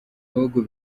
bihugu